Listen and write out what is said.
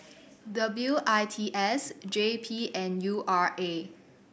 W I T S J P and U R A